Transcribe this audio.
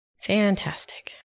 Fantastic